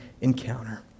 encounter